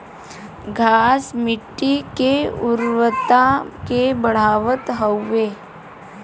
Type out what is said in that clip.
घास मट्टी के उर्वरता के बढ़ावत हउवे